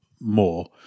more